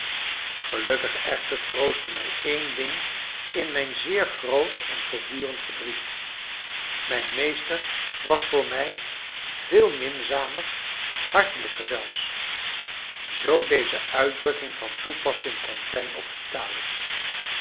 gelukkig echter troostte mij één ding in mijn zeer groot en voortdurend verdriet mijn meester was voor mij veel minzamer hartelijker zelfs zoo deze uitdrukking van toepassing kon zijn op vitalis